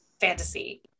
fantasy